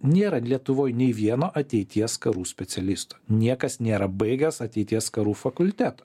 nėra lietuvoj nei vieno ateities karų specialisto niekas nėra baigęs ateities karų fakulteto